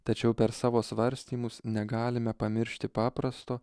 tačiau per savo svarstymus negalime pamiršti paprasto